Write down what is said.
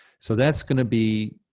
so that's gonna be,